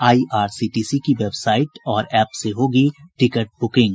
IRCTC की website और app से होगी टिकट बुकिंग